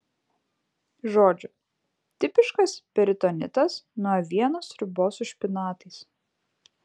žodžiu tipiškas peritonitas nuo avienos sriubos su špinatais